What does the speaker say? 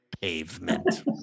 pavement